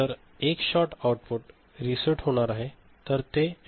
तर एक shot output reset होणार आहे